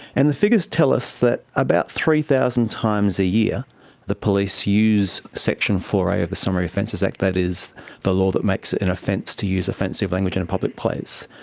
and the figures tell us that about three thousand times a year the police use section four a of the summary offences act, that is the law that makes it an offence to use offensive language in a public place,